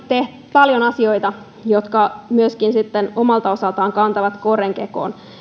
paljon asioita jotka myöskin omalta osaltaan kantavat korren kekoon